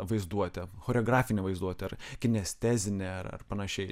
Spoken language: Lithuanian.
vaizduote choreografine vaizduote ar kinestezine ar ar panašiai